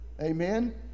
Amen